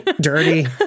Dirty